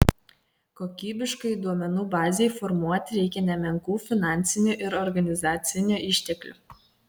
kokybiškai duomenų bazei formuoti reikia nemenkų finansinių ir organizacinių išteklių